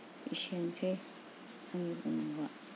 एसेनोसै बुंनांगौआ